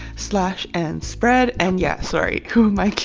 slash and spread and yes, sorry who am i kidding?